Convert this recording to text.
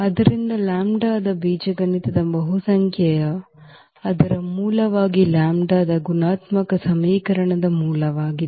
ಆದ್ದರಿಂದ ಲ್ಯಾಂಬ್ಡಾದ ಬೀಜಗಣಿತದ ಬಹುಸಂಖ್ಯೆಯು ಅದರ ಮೂಲವಾಗಿ ಲ್ಯಾಂಬ್ಡಾದ ಗುಣಾತ್ಮಕ ಸಮೀಕರಣದ ಮೂಲವಾಗಿದೆ